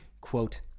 quote